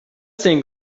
stained